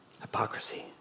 Hypocrisy